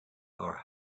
are